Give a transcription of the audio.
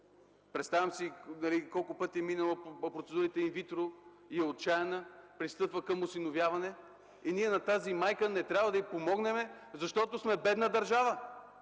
представям си колко пъти е минала през процедурата инвитро и е отчаяна, пристъпва към осиновяване и ние не трябва да й помогнем, защото сме бедна държава?